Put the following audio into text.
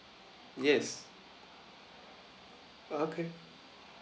yes uh okay